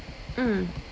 mm